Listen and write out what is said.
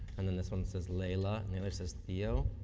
and then this one says leila. and the other says theo.